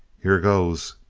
here goes!